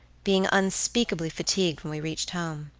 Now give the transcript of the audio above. being unspeakably fatigued when we reached home.